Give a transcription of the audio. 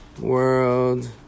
World